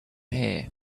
here